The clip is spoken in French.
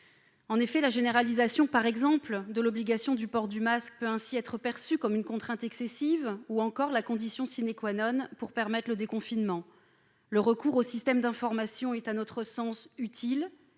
exemple, la généralisation de l'obligation du port du masque peut être perçue comme une contrainte excessive ou comme la condition pour permettre le déconfinement. Le recours aux systèmes d'information est à notre sens utile